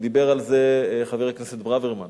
ודיבר על זה חבר הכנסת ברוורמן,